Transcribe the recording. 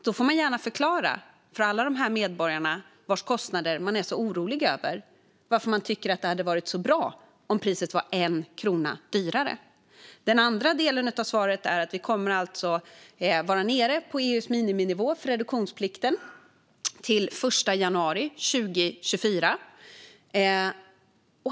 Man får gärna förklara för alla medborgare vars kostnader man är så orolig över varför det hade varit så bra om priset var 1 krona högre! Vi kommer att vara nere på EU:s miniminivå för reduktionsplikten den 1 januari 2024.